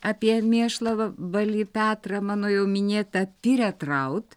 apie mėšlavabalį petrą mano jau minėtą piret raud